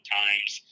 times